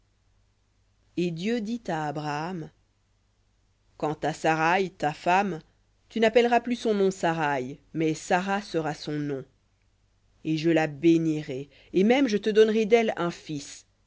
et dieu dit à abraham quant à saraï ta femme tu n'appelleras plus son nom saraï mais sara sera son nom et je la bénirai et même je te donnerai d'elle un fils